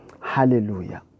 Hallelujah